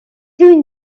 doing